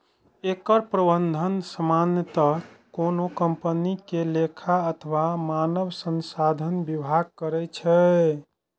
एकर प्रबंधन सामान्यतः कोनो कंपनी के लेखा अथवा मानव संसाधन विभाग करै छै